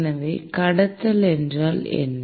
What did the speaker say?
எனவே கடத்தல் என்றால் என்ன